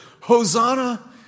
Hosanna